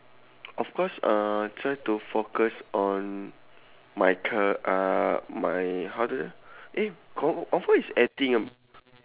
of course uh try to focus on my c~ uh my how to eh con~ confirm is acting ah